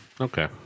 Okay